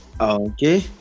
Okay